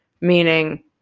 meaning